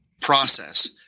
process –